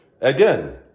again